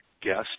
guest